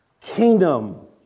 kingdom